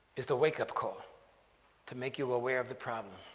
is the wake-up call to make you aware of the problem.